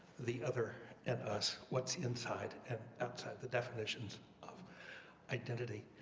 the other and us, what's inside and outside the definitions of identity.